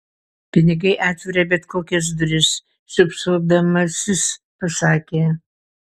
pinigai atveria bet kokias duris šypsodamasis pasakė